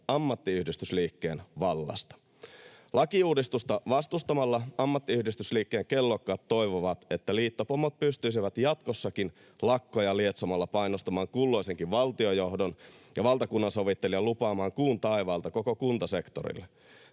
ammattiyhdistysliikkeen vallasta. Lakiuudistusta vastustamalla ammattiyhdistysliikkeen kellokkaat toivovat, että liittopomot pystyisivät jatkossakin lakkoja lietsomalla painostamaan kulloisenkin valtiojohdon ja valtakunnansovittelijan lupaamaan kuun taivaalta koko kuntasektorille.